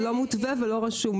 זה לא מותווה ולא רשום,